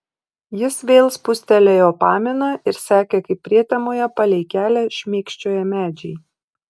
jis vėl spustelėjo paminą ir sekė kaip prietemoje palei kelią šmėkščioja medžiai